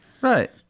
Right